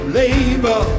labor